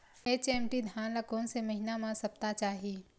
HMT धान ल कोन से महिना म सप्ता चाही?